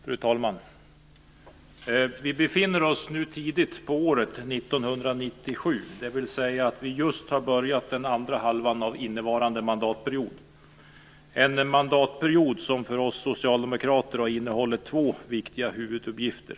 Fru talman! Vi befinner oss nu tidigt på året 1997. Det innebär att vi just har börjat den andra halvan av innevarande mandatperiod. Det är en mandatperiod som för oss socialdemokrater har innehållit två viktiga huvuduppgifter.